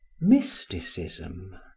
Mysticism